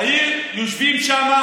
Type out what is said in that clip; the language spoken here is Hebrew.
היינו יושבים שם,